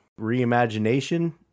reimagination